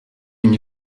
une